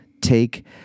take